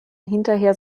hinterher